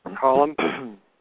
column